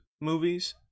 movies